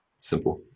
Simple